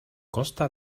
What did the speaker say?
costa